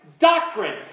doctrine